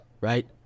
right